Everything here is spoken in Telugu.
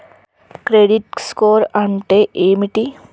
క్రెడిట్ స్కోర్ అంటే ఏమిటి?